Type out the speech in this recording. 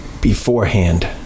beforehand